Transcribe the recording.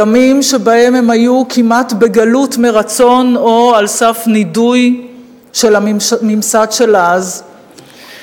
ימים שבהם הם היו כמעט בגלות מרצון או על סף נידוי של הממסד של אז,